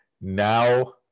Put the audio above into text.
now